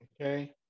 Okay